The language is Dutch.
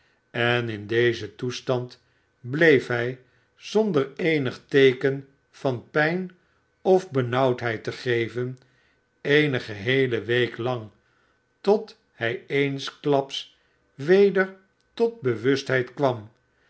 en in dezen toestand bleef hij zonder eenig teeken van pijn of benauwdheid te geven eene geheele week lang tot hij eensklaps weder tot bewustheid kwam